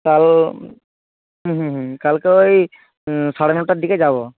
কাল হুম হুম হুম কালকে ওই সাড়ে নটার দিকে যাব